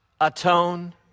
atone